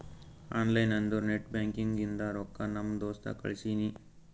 online ಅಂದುರ್ net banking ಇಂದ ರೊಕ್ಕಾ ನಮ್ ದೋಸ್ತ್ ಕಳ್ಸಿನಿ